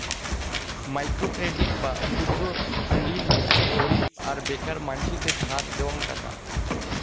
micro credit বা ক্ষুদ্র ঋণ হচ্যে গরীব আর বেকার মানসিদের ধার দেওয়াং টাকা